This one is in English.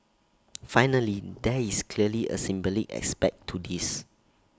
finally there is clearly A symbolic aspect to this